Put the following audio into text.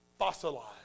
fossilize